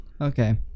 Okay